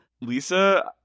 Lisa